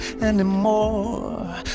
anymore